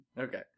Okay